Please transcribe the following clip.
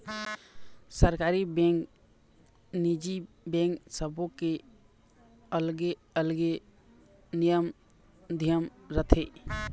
सरकारी बेंक, निजी बेंक सबो के अलगे अलगे नियम धियम रथे